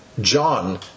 John